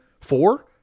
Four